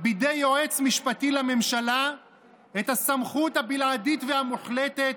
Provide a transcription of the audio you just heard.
בידי יועץ משפטי לממשלה את הסמכות הבלעדית והמוחלטת"